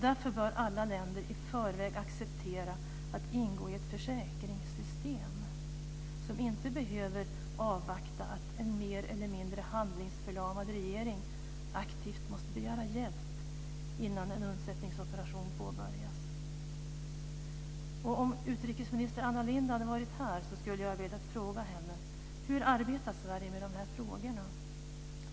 Därför bör alla länder i förväg acceptera att ingå i ett försäkringssystem som inte behöver avvakta att en mer eller mindre handlingsförlamad regering aktivt måste begära hjälp innan en undsättningsoperation påbörjas. Om utrikesminister Anna Lindh hade varit här hade jag velat fråga henne: Hur arbetar Sverige med de här frågorna?